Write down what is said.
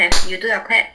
ya you do your clap